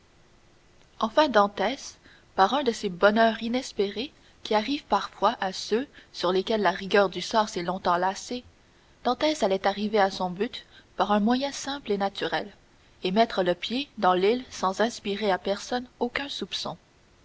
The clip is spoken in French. enfin dantès par un de ces bonheurs inespérés qui arrivent parfois à ceux sur lesquels la rigueur du sort s'est longtemps lassée dantès allait arriver à son but par un moyen simple et naturel et mettre le pied dans l'île sans inspirer à personne aucun soupçon